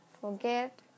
forget